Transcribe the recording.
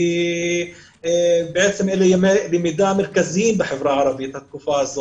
כי התקופה הזאת אלה ימי למידה מרכזיים בחברה הערבית.